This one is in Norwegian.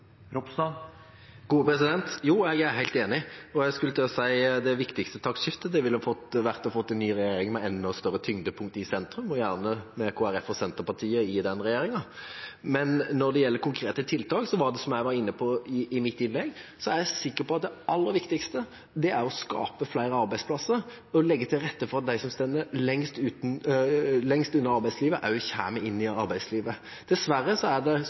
Jo, jeg er helt enig, og jeg skulle til å si at det viktigste taktskiftet ville vært å få en ny regjering med enda større tyngdepunkt i sentrum og gjerne med Kristelig Folkeparti og Senterpartiet i den regjeringa. Men når det gjelder konkrete tiltak, er jeg, som jeg var inne på i mitt innlegg, sikker på at det aller viktigste er å skape flere arbeidsplasser og legge til rette for at de som står lengst unna arbeidslivet, også kommer inn i arbeidslivet. Dessverre er det